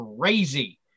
crazy